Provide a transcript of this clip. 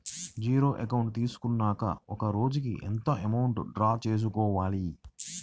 Zero account తీసుకున్నాక ఒక రోజుకి ఎంత అమౌంట్ డ్రా చేసుకోవాలి?